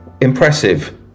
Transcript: impressive